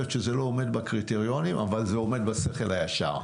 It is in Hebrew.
שזה לא עומד בקריטריונים אבל זה עומד בשכל הישר.